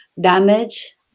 damage